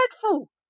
dreadful